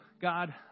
God